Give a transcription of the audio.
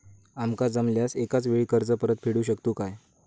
आमका जमल्यास एकाच वेळी कर्ज परत फेडू शकतू काय?